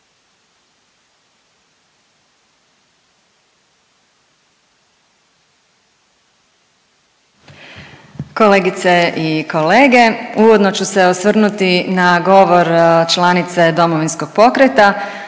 Kolegice i kolege. Uvodno ću se osvrnuti na govor članice DP-a koja